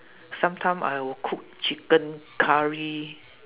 sometime I will cook chicken curry